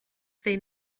they